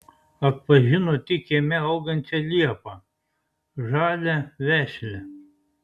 atpažino tik kieme augančią liepą žalią vešlią